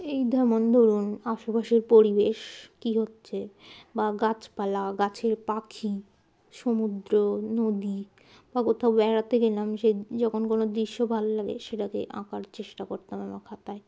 এই যেমন ধরুন আশেপাশের পরিবেশ কী হচ্ছে বা গাছপালা গাছের পাখি সমুদ্র নদী বা কোথাও বেড়াতে গেলাম সে যখন কোনো দৃশ্য ভালো লাগে সেটাকে আঁকার চেষ্টা করতাম আমার খাতায়